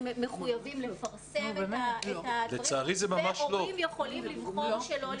הם מחויבים לפרסם את הדברים והורים יכולים לבחור שלא לרכוש.